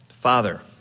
Father